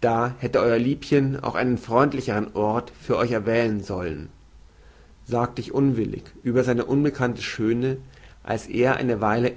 da hätte euer liebchen auch einen freundlichern ort für euch erwählen sollen sagte ich unwillig über seine unbekannte schöne als er eine weile